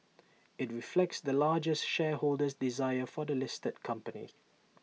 IT reflects the largest shareholder's desire for the listed company